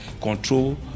control